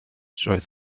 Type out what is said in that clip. roedd